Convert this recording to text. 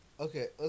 Okay